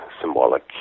symbolic